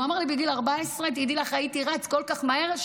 והוא אמר לי: בגיל 14 הייתי רץ כל כך מהר,